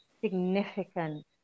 significant